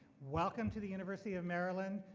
welcome to the university of maryland.